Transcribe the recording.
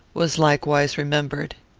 was likewise remembered.